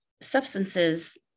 substances